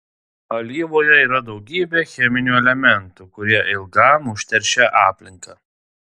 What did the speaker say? alyvoje yra daugybė cheminių elementų kurie ilgam užteršia aplinką